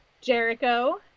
Jericho